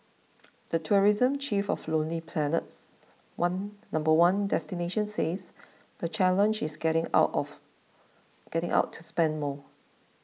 the tourism chief of Lonely Planet's one number one destination says the challenge is getting out of getting out to spend more